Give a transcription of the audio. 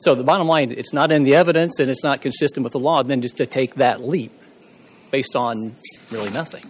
so the bottom line and it's not in the evidence and it's not consistent with the law then just to take that leap based on really nothing